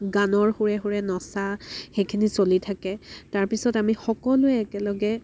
গানৰ সুৰে সুৰে নচা সেইখিনি চলি থাকে তাৰ পিছত আমি সকলোৱে একেলগে